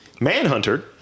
Manhunter